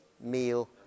meal